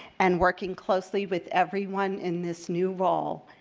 and working closely with everyone in this new role.